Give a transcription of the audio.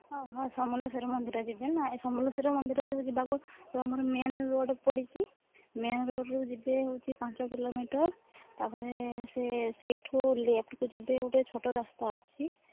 ହଁ ହଁ ସମଲେଶ୍ୱରୀ ମନ୍ଦିର ଯିବେ ନା ଏ ସମଲେଶ୍ୱରୀ ମନ୍ଦିର ଯେଉଁ ଯିବାକୁ ଯେଉଁ ଆମର ମେନ୍ ରୋଡ଼୍ ପଡ଼ିଛି ମେନ୍ ରୋଡ଼୍ରୁ ଯିବେ ହେଉଛି ପାଞ୍ଚ କିଲୋମିଟର ତା'ପରେ ସେ ସେଇଠୁ ଲେଫ୍ଟକୁ ଯିବେ ଗୋଟେ ଛୋଟ ରାସ୍ତା ଅଛି